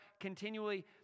continually